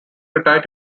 retired